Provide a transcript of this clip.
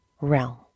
realm